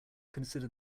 consider